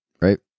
right